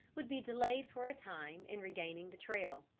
would be delayed for a time in regaining the trail.